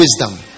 wisdom